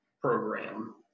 program